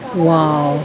!wow!